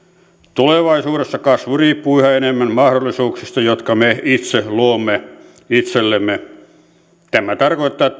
tulevaisuudessa kasvu riippuu yhä enemmän mahdollisuuksista jotka me itse luomme itsellemme tämä tarkoittaa